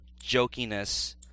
jokiness